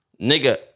Nigga